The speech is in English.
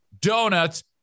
donuts